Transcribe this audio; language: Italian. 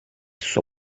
sua